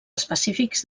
específics